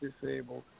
disabled